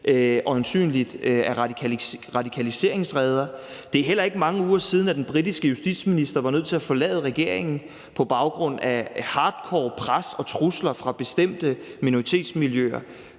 øjensynligt er radikaliseringsreder. Det er heller ikke mange uger siden, at den britiske justitsminister var nødt til at forlade regeringen på baggrund af hardcore pres og trusler fra bestemte minoritetsmiljøer.